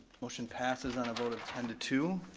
motion passes on a vote of ten to two.